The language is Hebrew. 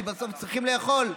כי בסוף צריכים לאכול.